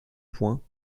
points